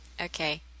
Okay